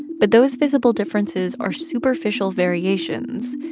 but those visible differences are superficial variations.